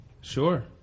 Sure